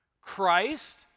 Christ